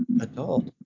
adult